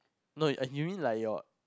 no I you mean like your